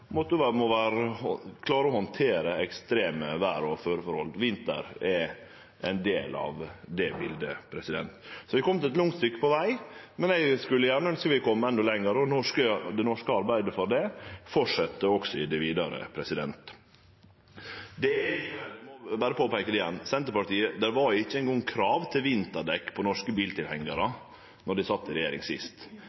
klare å handtere ekstreme vêr- og føreforhold – vinter er ein del av det bildet. Vi har kome eit langt stykke på veg, men eg skulle gjerne ha ønskt at vi hadde kome eit stykke lenger, og det norske arbeidet for det held fram også vidare. Det er likevel slik – eg må berre påpeike det igjen – at det var ikkje eingong krav til vinterdekk på norske biltilhengjarar